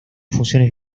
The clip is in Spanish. funciones